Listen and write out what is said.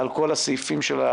על כל הסעיפים שלה,